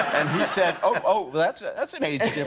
and said, oh, that's ah that's an age